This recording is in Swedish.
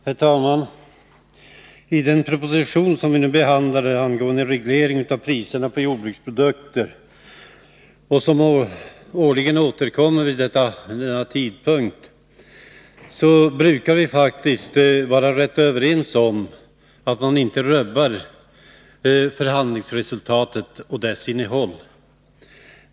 Herr talman! I den proposition som vi nu behandlar angående reglering av priserna på jordbruksprodukter, som årligen återkommer vid denna tidpunkt, är vi faktiskt överens om att man inte skall rubba förhandlingsresultatet och dess innehåll.